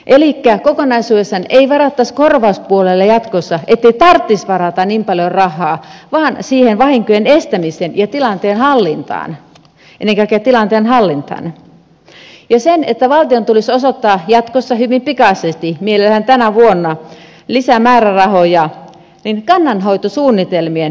elikkä kokonaisuudessaan ei tarvitsisi varata korvauspuolelle jatkossa niin paljon rahaa vaan siihen vahinkojen estämiseen ja tilanteen hallintaan ennen kaikkea tilanteen hallintaan ja valtion tulisi osoittaa jatkossa hyvin pikaisesti mielellään tänä vuonna lisämäärärahoja kannanhoitosuunnitelmien toteuttamiseen